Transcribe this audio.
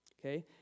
okay